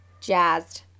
Jazzed